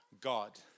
God